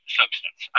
substance